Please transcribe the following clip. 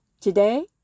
Today